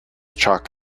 chalk